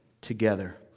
together